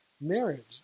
Marriage